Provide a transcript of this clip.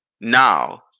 Now